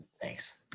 Thanks